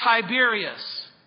Tiberius